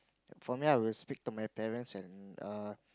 for me I will speak to my parents and err